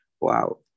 Wow